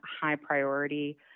high-priority